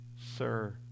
Sir